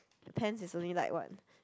pants is only like what